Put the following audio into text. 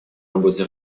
работе